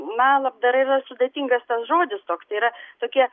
na labdara yra sudėtingas tas žodis toks yra tokie